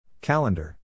Calendar